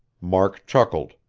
mark chuckled.